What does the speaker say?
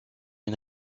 une